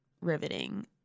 riveting